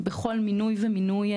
בכל מינוי ומינוי.